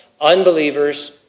Unbelievers